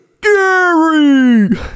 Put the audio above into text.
Gary